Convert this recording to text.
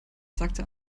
sagte